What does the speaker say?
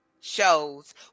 shows